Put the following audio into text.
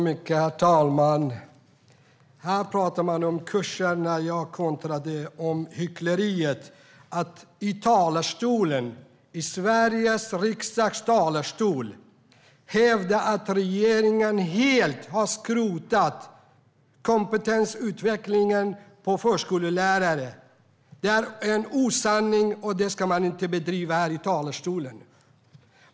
Herr talman! Här pratar man om kurser när jag kontrade om hyckleriet i att man i Sveriges riksdags talarstol hävdar att regeringen helt har skrotat kompetensutvecklingen för förskollärare. Det är en osanning, och det ska man inte fara med här i talarstolen.